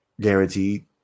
guaranteed